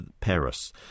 Paris